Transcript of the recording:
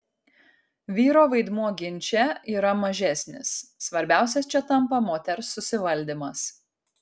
vyro vaidmuo ginče yra mažesnis svarbiausias čia tampa moters susivaldymas